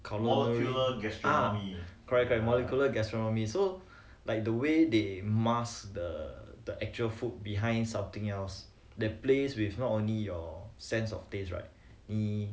ah correct correct molecular gastronomy so like the way they mask the the actual food behind something else the place with not only your sense of taste right 你